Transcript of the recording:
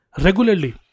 regularly